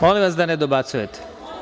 Molim vas da ne dobacujete.